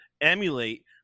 emulate